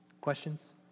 Questions